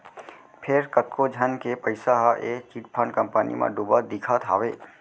फेर कतको झन के पइसा ह ए चिटफंड कंपनी म डुबत दिखत हावय